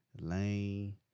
Lane